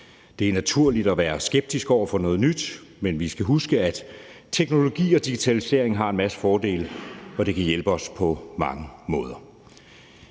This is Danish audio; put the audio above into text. Det er naturligt at være skeptisk over for noget nyt, men vi skal huske, at teknologier og digitalisering har en masse fordele, og at det kan hjælpe os på mange måder.